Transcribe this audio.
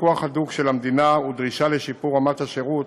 בפיקוח הדוק של המדינה ודרישה לשיפור רמת השירות